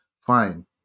Fine